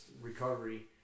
recovery